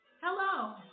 Hello